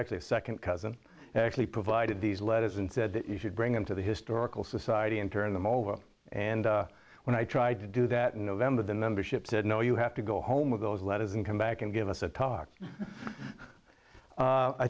actually second cousin actually provided these letters and said that you should bring him to the historical society and turn them over and when i tried to do that in november the membership said no you have to go home with those letters and come back and give us a talk